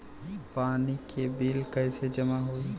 पानी के बिल कैसे जमा होयी?